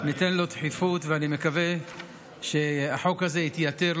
ניתן לו דחיפות, ואני מקווה שהחוק הזה יתייתר.